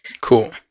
Cool